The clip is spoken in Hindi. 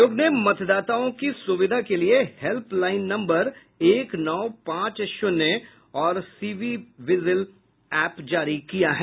आयोग ने मतदाताओं की सुविधा के लिए हेल्पलाईन नम्बर एक नौ पांच शून्य और सीविजिल एप जारी किया है